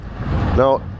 Now